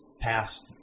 past